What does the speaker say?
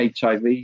HIV